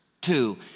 Two